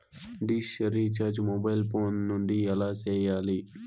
dish recharge mobile phone నుండి ఎలా సేయాలి